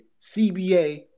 CBA